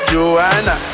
Joanna